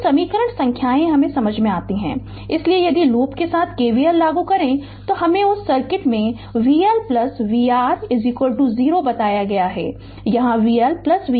तो समीकरण संख्याएं हमे समझ में आती हैं इसलिए यदि लूप के साथ KVL लागू करें तो हमे उस सर्किट में vL vR 0 बताया गया है यहाँ vL vR 0